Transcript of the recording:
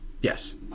Yes